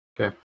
Okay